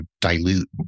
dilute